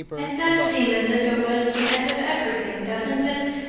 it does seem as if it was the end of everything, doesn't it?